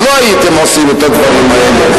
אז לא הייתם עושים את הדברים האלה,